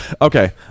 Okay